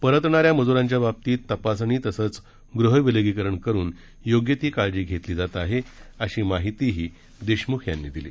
परतणाऱ्या मजुरांच्या बाबतीत तपासणी तसंच गृह विलगीकरण करून योग्य ती काळजी घेतली जात आहे अशी माहितीही देशमुख यांनी दिली